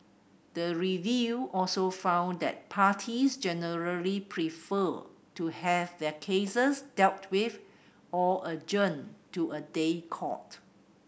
the review also found that parties generally preferred to have their cases dealt with or to a day court